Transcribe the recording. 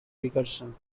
recursion